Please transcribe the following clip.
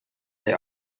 they